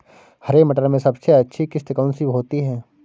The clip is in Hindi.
हरे मटर में सबसे अच्छी किश्त कौन सी होती है?